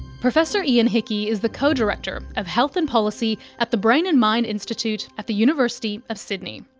professor ian hickie is the co-director of health and policy at the brain and mind institute at the university of sydney.